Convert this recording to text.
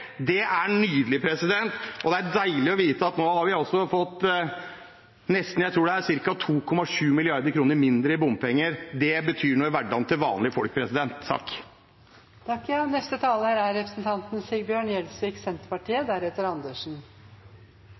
Det er nydelig, og det er deilig å vite at vi nå har fått ca. 2,7 mrd. kr mindre – tror jeg det er – i bompenger. Det betyr noe i hverdagen til vanlige folk. Jeg har registrert at det har blitt en betydelig debatt om formuesskatt. Underveis har jeg også registrert representanten